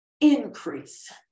increase